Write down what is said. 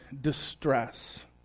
distress